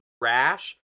rash